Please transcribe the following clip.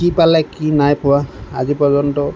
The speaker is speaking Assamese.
কি পালে কি নাই পোৱা আজি পৰ্যন্ত